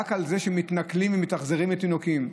רק על זה שמתנכלים ומתאכזרים לתינוקים.